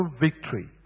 victory